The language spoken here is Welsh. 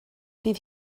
bydd